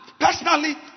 Personally